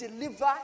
deliver